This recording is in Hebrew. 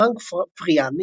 פרנק פריאן,